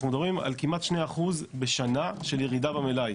אנחנו מדברים על כמעט 2% בשנה של ירידה במלאי.